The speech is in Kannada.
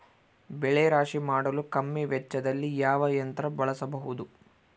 ಬೆಳೆ ರಾಶಿ ಮಾಡಲು ಕಮ್ಮಿ ವೆಚ್ಚದಲ್ಲಿ ಯಾವ ಯಂತ್ರ ಬಳಸಬಹುದು?